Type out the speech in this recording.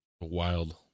Wild